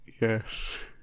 Yes